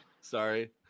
Sorry